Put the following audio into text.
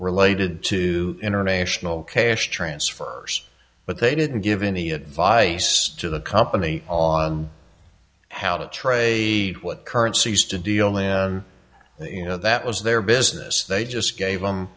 related to international cash transfers but they didn't give any advice to the company on how to trade what currencies to deal and you know that was their business they just gave